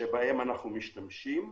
שבהן אנחנו משתמשים,